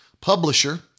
publisher